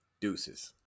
deuces